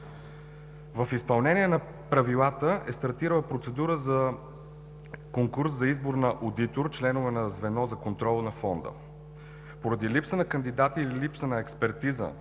В изпълнение на правилата е стартирала процедура за конкурс за избор на одитор и членове на звеното за контрол на Фонда. Поради липса на кандидати или липса на експертиза